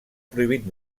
prohibit